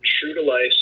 true-to-life